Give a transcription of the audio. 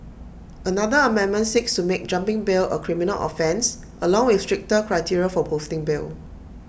another amendment seeks to make jumping bail A criminal offence along with stricter criteria for posting bail